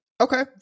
Okay